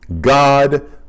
God